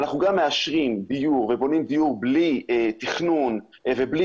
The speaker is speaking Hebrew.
ואנחנו גם מאשרים דיור ובונים דיור בלי תכנון ובלי